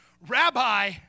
Rabbi